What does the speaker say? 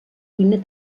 cuina